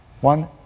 one